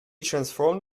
transformed